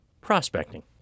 prospecting